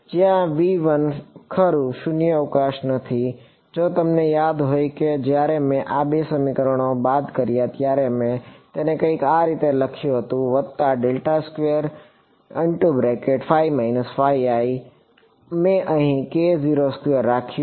એક જ્યાં ખરું શૂન્યાવકાશ નથી જો તમને યાદ હોય કે જ્યારે મેં આ બે સમીકરણો બાદ કર્યા ત્યારે મેં તેને કંઈક આ રીતે રાખ્યું વત્તા મેં અહીં રાખ્યું